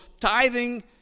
tithing